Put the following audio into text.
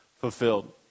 fulfilled